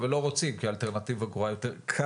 אבל לא רוצים כי האלטרנטיבה גרועה יותר כרגע,